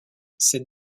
cette